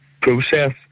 process